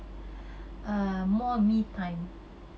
err more me time